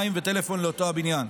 מים וטלפון לאותו הבניין.